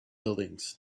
buildings